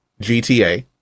GTA